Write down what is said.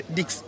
Dix